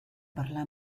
parlar